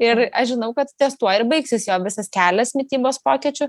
ir aš žinau kad ties tuo ir baigsis jo visas kelias mitybos pokyčių